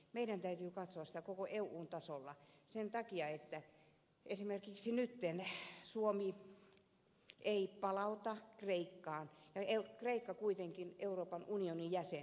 meidän täytyy katsoa koko eun tasolla sen takia että esimerkiksi nyt suomi ei palauta hakijoita kreikkaan ja kreikka on kuitenkin euroopan unionin jäsen